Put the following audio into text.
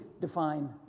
define